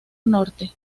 norte